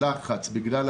אם אתה